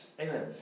Amen